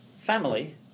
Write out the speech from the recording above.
Family